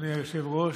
אדוני היושב-ראש,